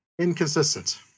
inconsistent